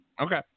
okay